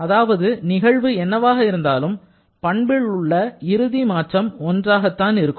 அதாவது நிகழ்வு என்னவாக இருந்தாலும் பண்பில் உள்ள இறுதி மாற்றம் ஒன்றாகத்தான் இருக்கும்